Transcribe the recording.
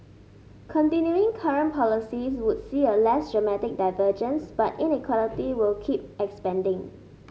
continuing current policies would see a less dramatic divergence but inequality will keep expanding